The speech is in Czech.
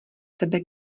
tebe